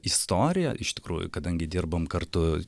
istorija iš tikrųjų kadangi dirbam kartu